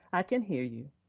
i can hear you.